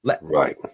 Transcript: Right